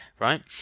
right